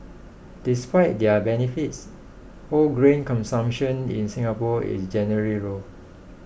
despite their benefits whole grain consumption in Singapore is generally low